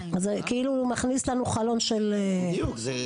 זה כאילו מכניס לנו חלון של פרשנות.